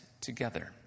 together